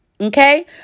okay